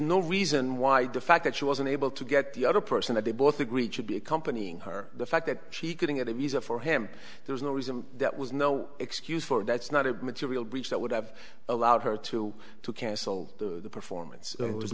no reason why the fact that she wasn't able to get the other person that they both agreed should be accompanying her the fact that she couldn't get a visa for him there's no reason that was no excuse for that's not a material breach that would have allowed her to cancel the performance